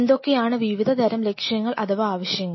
എന്തൊക്കെയാണ് വിവിധതരം ലക്ഷ്യങ്ങൾ അഥവാ ആവശ്യങ്ങൾ